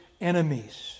enemies